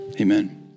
amen